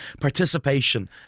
participation